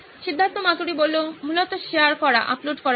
সিদ্ধার্থ মাতুরি মূলত শেয়ার করা আপলোড করার জন্য